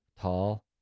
tall